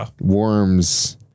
Worms